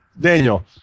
Daniel